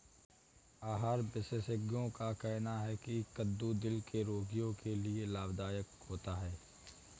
आहार विशेषज्ञों का कहना है की कद्दू दिल के रोगियों के लिए लाभदायक होता है